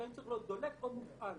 לכן צריך להיות "דולק או מופעל?